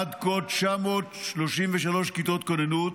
עד כה הוקמו 933 כיתות כוננות